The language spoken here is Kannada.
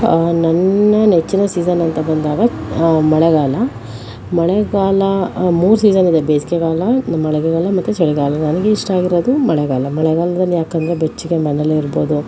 ನನ್ನ ನೆಚ್ಚಿನ ಸೀಸನ್ ಅಂತ ಬಂದಾಗ ಮಳೆಗಾಲ ಮಳೆಗಾಲ ಮೂರು ಸೀಸನ್ ಇದೆ ಬೇಸಿಗೆಕಾಲ ಮಳೆಗಾಲ ಮತ್ತು ಚಳಿಗಾಲ ನನಗೆ ಇಷ್ಟ ಆಗಿರೋದು ಮಳೆಗಾಲ ಮಳೆಗಾಲದಲ್ಲಿ ಯಾಕೆಂದರೆ ಬೆಚ್ಚಗೆ ಮನೇಲಿರ್ಬೋದು